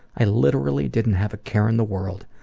i literally didn't have a care in the world,